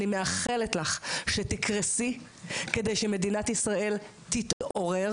אני מאחלת לך שתקרסי כדי שמדינת ישראל תתעורר